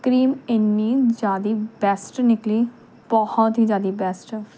cream ਇੰਨੀ ਜ਼ਿਆਦਾ best ਨਿਕਲੀ ਬਹੁਤ ਹੀ ਜ਼ਿਆਦਾ ਬੈਸਟ